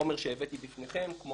בחומר שהבאתי בפניכם כמו